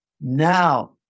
now